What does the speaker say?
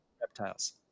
reptiles